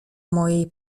mojej